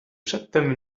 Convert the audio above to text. przedtem